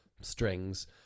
strings